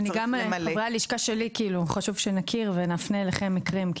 גם חשוב שאני וחברי הלשכה שלי נכיר ונפנה אליכם מקרים.